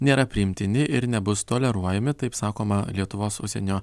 nėra priimtini ir nebus toleruojami taip sakoma lietuvos užsienio